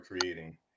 creating